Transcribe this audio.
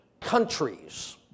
countries